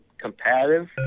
competitive